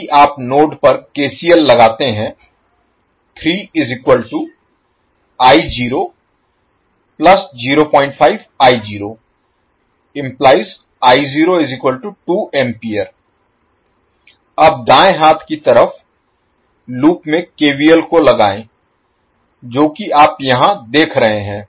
यदि आप नोड पर KCL लगाते हैं अब दाएं हाथ की तरफ लूप में केवीएल को लगायें जो कि आप यहां देख रहे हैं